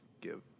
give